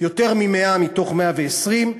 יותר מ-100 מתוך 120,